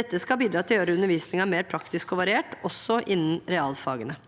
Dette skal bidra til å gjøre undervisningen mer praktisk og variert, også innen realfagene.